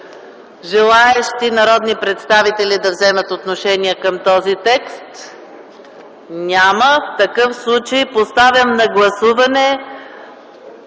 Желаещи народни представители да вземат отношение към този текст? Няма. Поставям на гласуване